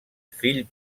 fill